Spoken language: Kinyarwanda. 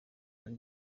ari